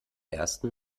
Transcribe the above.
ersten